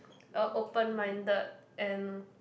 a open minded and